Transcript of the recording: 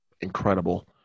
incredible